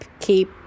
keep